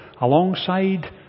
alongside